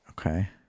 Okay